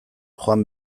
joan